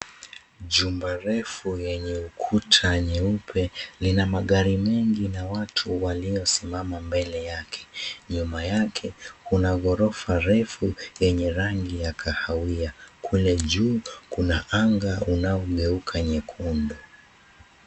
Jumba refu lenye ukuta mweupe, lina magari mengi na watu waliosimama mbele yake. Nyuma yake kuna gorofa refu yenye rangi ya kahawia, kule juu kuna anga unaogeuka nyekundu.